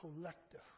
collective